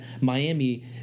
Miami